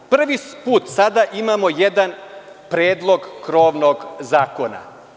Prvi put sada imamo jedan predlog krovnog zakona.